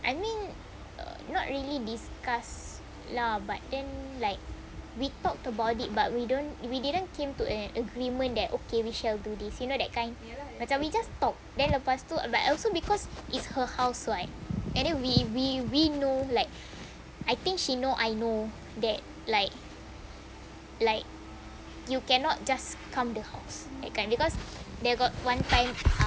I mean not really discuss lah but then like we talked about it but we don't we didn't came to an agreement that okay we shall do this you know that kind macam we just talk then lepas tu but also because it's her house and then we we we know like I think she know I know that like you cannot just come the house that kind because there got one time